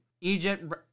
Egypt